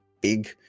big